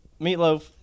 Meatloaf